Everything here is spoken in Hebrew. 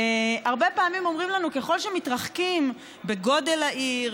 הרבה פעמים אומרים לנו: ככל שמתרחקים בגודל העיר,